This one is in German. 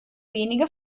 wenige